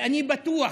ואני בטוח,